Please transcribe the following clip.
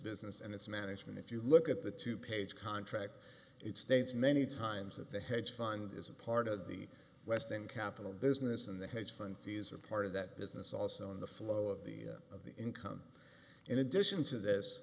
business and its management if you look at the two page contract it states many times that the hedge fund is a part of the west and capital business and the hedge fund fees are part of that business also on the flow of the of the income in addition to this